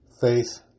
faith